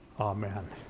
amen